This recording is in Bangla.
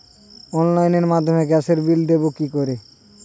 অনলাইনের মাধ্যমে গ্যাসের বিল দেবো কি করে?